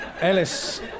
Ellis